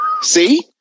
See